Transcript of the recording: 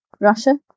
russia